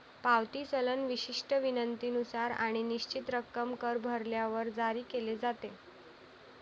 पावती चलन विशिष्ट विनंतीनुसार आणि निश्चित रक्कम कर भरल्यावर जारी केले जाते